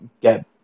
get